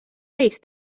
face